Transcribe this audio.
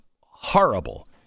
horrible